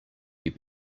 you